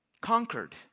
Conquered